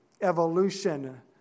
evolution